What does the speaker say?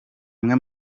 imwe